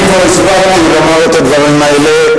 אני כבר הספקתי לומר את הדברים האלה,